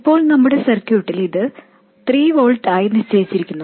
ഇപ്പോൾ നമ്മുടെ സർക്യൂട്ടിൽ ഇത് 3 volts ആയി നിശ്ചയിച്ചിരിക്കുന്നു